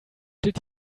did